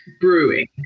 brewing